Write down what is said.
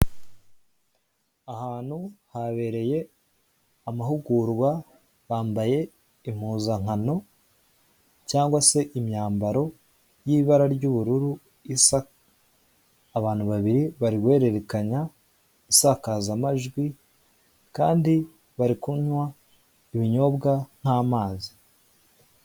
Ahantu habereye amahugurwa bambaye impuzankano cyangwa se imyambaro y'ibara ry'ubururu isa abantu babiri bari guhererekanya insakazamajwi kandi bari kunywa ibinyobwa nk'amazi.